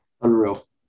Unreal